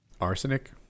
arsenic